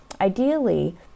Ideally